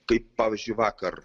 kaip pavyzdžiui vakar